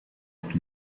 het